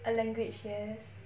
a language yes